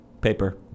Paper